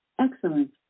Excellent